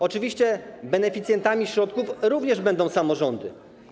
Oczywiście beneficjentami środków również będą samorządy.